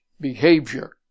behavior